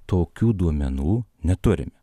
tokių duomenų neturime